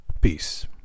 peace